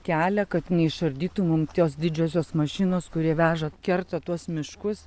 kelią kad neišardytų mum tos didžiosios mašinos kurie veža kerta tuos miškus